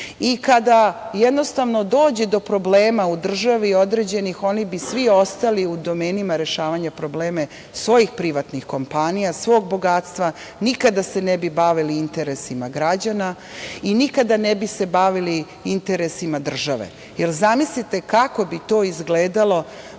dođe do određenih problema u državi, oni bi svi ostali u domenima rešavanja problema svojih privatnih kompanija, svog bogatstva, nikada se ne bi bavili interesima građana i nikada se ne bi bavili interesima države. Zamislite kako bi to izgledalo